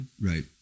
right